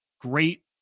great